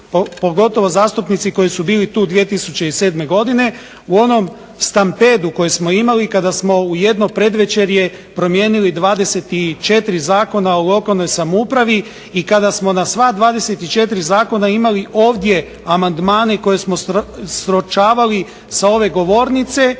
pogotovo zastupnici koji su bili tu 2007. godine u onom stampedu koji smo imali kada smo u jedno predvečerje promijenili 24 zakona o lokalnoj samoupravi i kada smo na sva 24 zakona imali ovdje amandmane koje smo sročavali sa ove govornice